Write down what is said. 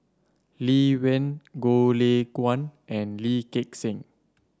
Lee Wen Goh Lay Kuan and Lee Gek Seng